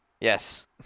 Yes